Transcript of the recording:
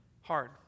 hard